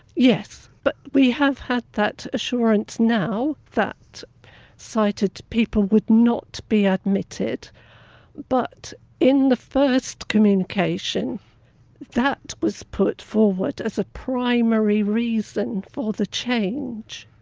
yes, but we have had that assurance now that sighted people would not be admitted but in the first communication that was put forward as a primary reason for the change.